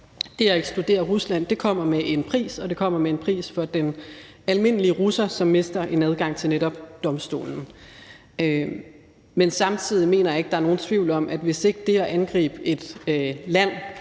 det at ekskludere Rusland kommer med en pris, og det kommer med en pris for den almindelige russer, som mister en adgang til netop domstolen. Men samtidig mener jeg ikke, at der er nogen tvivl om, at hvis ikke det at angribe et land